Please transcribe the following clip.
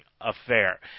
affair